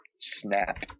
snap